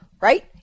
right